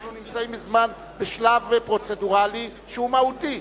אנחנו נמצאים בשלב פרוצדורלי שהוא מהותי.